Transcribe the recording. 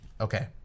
Okay